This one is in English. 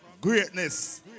Greatness